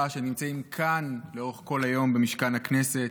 שנמצאים כאן לאורך כל היום במשכן הכנסת,